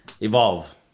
evolve